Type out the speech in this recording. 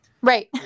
Right